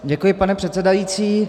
Děkuji, pane předsedající.